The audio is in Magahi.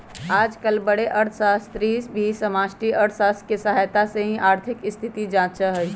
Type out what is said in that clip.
आजकल बडे अर्थशास्त्री भी समष्टि अर्थशास्त्र के सहायता से ही आर्थिक स्थिति जांचा हई